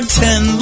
ten